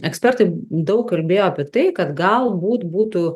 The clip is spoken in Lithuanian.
ekspertai daug kalbėjo apie tai kad galbūt būtų